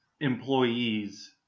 employees